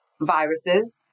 viruses